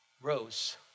rose